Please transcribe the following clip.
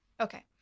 Okay